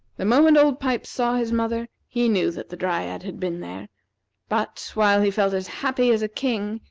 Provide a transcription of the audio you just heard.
the moment old pipes saw his mother, he knew that the dryad had been there but, while he felt as happy as a king,